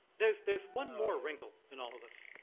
there's there's one more wrinkle in all of these.